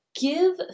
give